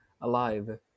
Alive